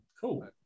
cool